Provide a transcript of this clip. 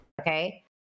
okay